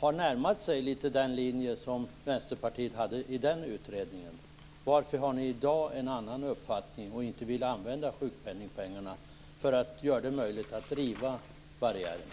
har närmat sig den linje som Vänsterpartiet hade i den utredningen. Varför har ni en annan uppfattning i dag? Varför vill ni inte använda sjukpenningpengarna för att göra det möjligt att riva barriärerna?